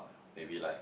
maybe like